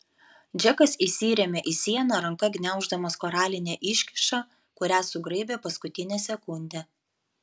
džekas įsirėmė į sieną ranka gniauždamas koralinę iškyšą kurią sugraibė paskutinę sekundę